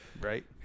Right